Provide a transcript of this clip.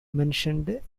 mentioned